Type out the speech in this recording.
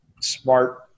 smart